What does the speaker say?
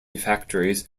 factories